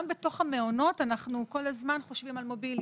גם בתוך המעונות אנחנו כל הזמן חושבים על מוביליות,